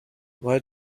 why